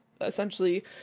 essentially